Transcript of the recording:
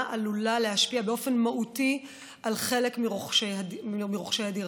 עלולה להשפיע באופן מהותי על חלק מרוכשי הדירה.